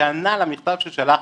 שענה למכתב ששלחתם.